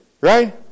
right